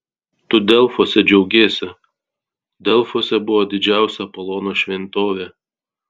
tu delfuose džiaugsiesi delfuose buvo didžiausia apolono šventovė